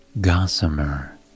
gossamer